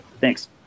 Thanks